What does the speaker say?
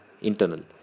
internal